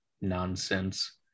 nonsense